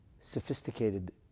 sophisticated